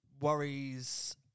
worries